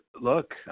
look